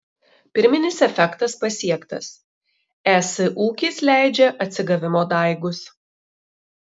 pirminis efektas pasiektas es ūkis leidžia atsigavimo daigus